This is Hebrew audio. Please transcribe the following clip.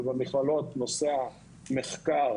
ובמכללות נושא המחקר,